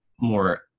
more